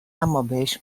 امابهش